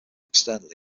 externally